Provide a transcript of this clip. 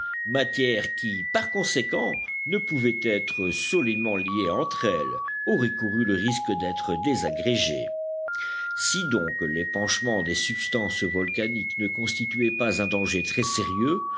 matières qui par conséquent ne pouvaient être solidement liées entre elles aurait couru le risque d'être désagrégée si donc l'épanchement des substances volcaniques ne constituait pas un danger très sérieux